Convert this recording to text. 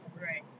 Right